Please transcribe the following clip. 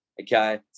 okay